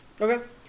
Okay